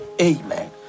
amen